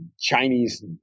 Chinese